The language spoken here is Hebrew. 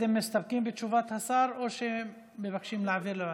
אתם מסתפקים בתשובת השר או שמבקשים להעביר לוועדה?